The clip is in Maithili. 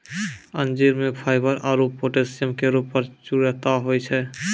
अंजीर म फाइबर आरु पोटैशियम केरो प्रचुरता होय छै